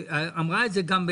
אמרה את זה גם,